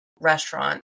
restaurant